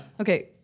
Okay